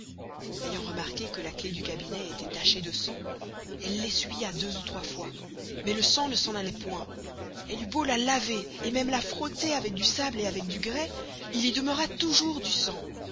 ayant remarqué que la clef du cabinet estoit tachée de sang elle l'essuia deux ou trois fois mais le sang ne s'en alloit point elle eut beau la laver et mesme la frotter avec du sablon et avec du grais il y demeura toûjours du sang